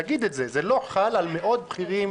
תגיד את זה, זה לא חל מאות בכירים,